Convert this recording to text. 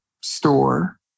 store